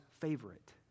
favorite